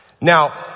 Now